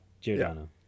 Giordano